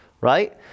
right